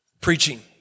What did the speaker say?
preaching